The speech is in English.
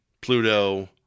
Pluto